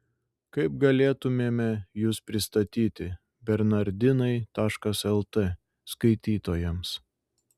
kaip galėtumėme jus pristatyti bernardinai lt skaitytojams